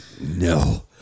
No